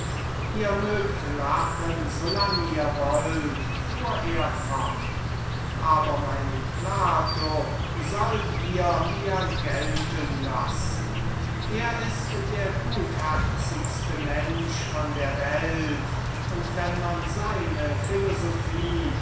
ihr möcht lachen so lang ihr wollt fuhr er fort aber meinen plato sollt ihr mir gelten lassen er ist der gutherzigste mensch von der welt und wenn man seine philosophie